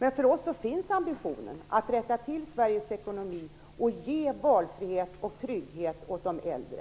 Men för oss finns ambitionen att rätta till Sveriges ekonomi och ge valfrihet och trygghet för de äldre.